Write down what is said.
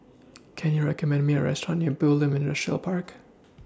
Can YOU recommend Me A Restaurant near Bulim Industrial Park